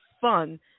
fun